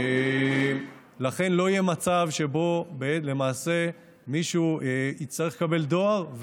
לכן לא יהיה מצב שבו למעשה מישהו יצטרך לקבל דואר,